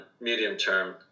medium-term